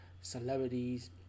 celebrities